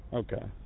okay